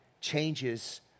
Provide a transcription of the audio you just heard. changes